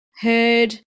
heard